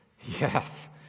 Yes